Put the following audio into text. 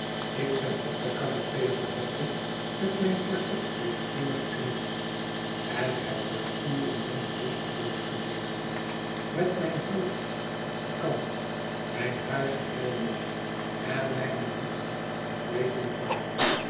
ik ben op de canape geholpen met mijn korsetveter doorgeknipt en heb daar uren lang bewusteloos gelegen met mijn hoofd op denkant mijn haar geheel los en mijne voeten ik weet niet waar